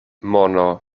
mono